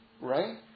Right